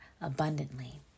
abundantly